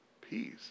Peace